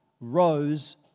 rose